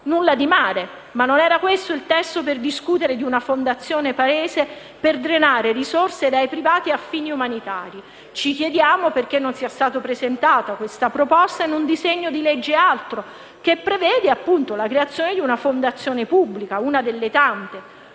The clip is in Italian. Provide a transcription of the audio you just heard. nulla di male, ma non era questo il testo per discutere di una fondazione Paese per drenare risorse dai privati a fini umanitari. Ci chiediamo perché questa proposta non sia stata presentata in un disegno altro che prevede la creazione di una fondazione pubblica, uno delle tante.